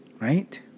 Right